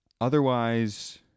Otherwise